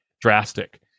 drastic